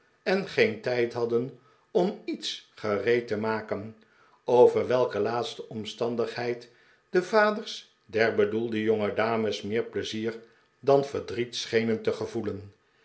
en geen tijd hadden om iets gereed te maken over welke laatste omstandigheid de vaders der bedoelde jongedames meer pleizier dan verdriet schenen te gevoelen